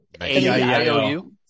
A-I-O-U